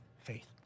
faith